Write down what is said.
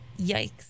Yikes